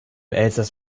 elsass